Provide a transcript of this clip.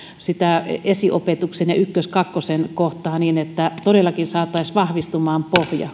sitä esiopetuksen ja ykkös kakkosen kohtaa niin että todellakin saataisiin vahvistumaan